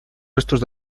restos